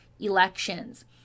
elections